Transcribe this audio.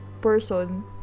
person